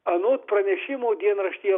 anot pranešimo dienraštyje